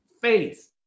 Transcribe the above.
faith